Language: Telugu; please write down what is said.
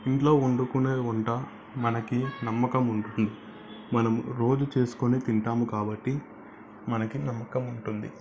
ఇంట్లో వండుకునే వంట మనకు నమ్మకం ఉంటుంది మనం రోజు చేసుకొని తింటాము కాబట్టి మనకు నమ్మకం ఉంటుంది